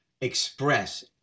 express